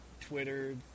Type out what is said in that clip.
Twitter